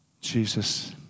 Jesus